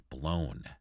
blown